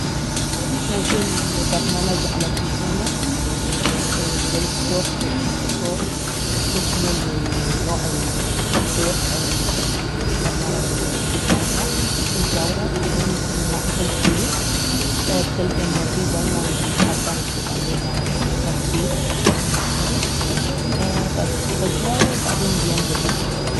عشان تنزل برنامج على تلفونك تروح البلاي ستور او الاب ستور تجوف شنو الي نوع التطبيق او البرنامج الي تبي تنزله تدوره بعدين لما تطق عليه بتلقى انه في دايما حبة مكتوب عليها تنزيل او انستال بس تطقها وبعدين بينزل لك